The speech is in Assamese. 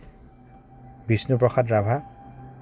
বিষ্ণু প্ৰসাদ ৰাভা